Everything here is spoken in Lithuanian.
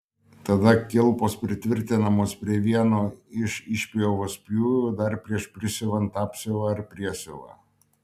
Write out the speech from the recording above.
tada kilpos pritvirtinamos prie vieno iš įpjovos pjūvių dar prieš prisiuvant apsiuvą ar priesiuvą